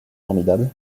formidable